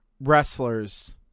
wrestlers